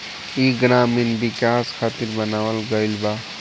ई ग्रामीण विकाश खातिर बनावल गईल बा